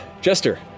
Jester